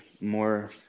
more